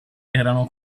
erano